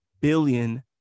billion